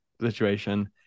situation